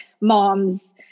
mom's